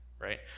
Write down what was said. right